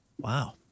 Wow